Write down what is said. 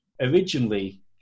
originally